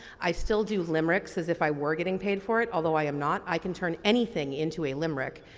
i still do limericks as if i were getting paid for it, although i am not, i can turn anything into a limerick.